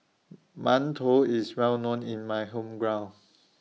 mantou IS Well known in My Hometown